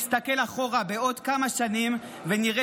נסתכל אחורה בעוד כמה שנים ונראה